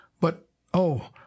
But—oh